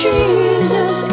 Jesus